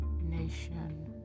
nation